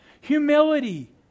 humility